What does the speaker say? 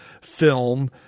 film